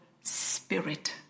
spirit